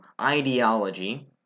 ideology